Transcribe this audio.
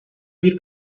bir